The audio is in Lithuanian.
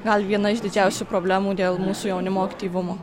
gal viena iš didžiausių problemų dėl mūsų jaunimo aktyvumo